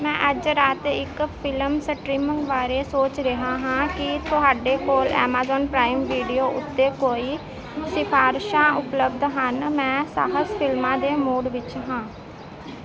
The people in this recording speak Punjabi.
ਮੈਂ ਅੱਜ ਰਾਤ ਇੱਕ ਫਿਲਮ ਸਟ੍ਰੀਮਿੰਗ ਬਾਰੇ ਸੋਚ ਰਿਹਾ ਹਾਂ ਕੀ ਤੁਹਾਡੇ ਕੋਲ ਐਮਾਜ਼ਾਨ ਪ੍ਰਾਈਮ ਵੀਡੀਓ ਉੱਤੇ ਕੋਈ ਸਿਫਾਰਸ਼ਾਂ ਉਪਲਬਧ ਹਨ ਮੈਂ ਸਾਹਸ ਫਿਲਮਾਂ ਦੇ ਮੂਡ ਵਿੱਚ ਹਾਂ